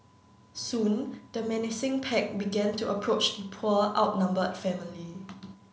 soon the menacing pack began to approach the poor outnumbered family